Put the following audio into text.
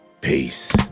Peace